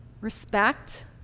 Respect